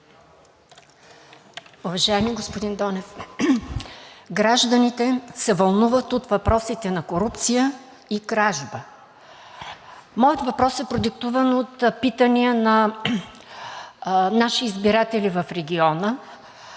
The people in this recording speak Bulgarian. Уважаеми господин Донев, гражданите се вълнуват от въпросите на корупция и кражба. Моят въпрос е продиктуван от питания на нашите избиратели в региона,